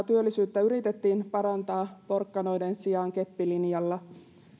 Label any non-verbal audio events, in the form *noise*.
*unintelligible* työllisyyttä yritettiin parantaa porkkanoiden sijaan keppilinjalla